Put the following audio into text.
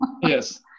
yes